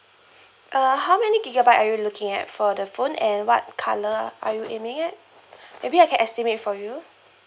uh how many gigabyte are you looking at for the phone and what colour are you aiming at maybe I can estimate for you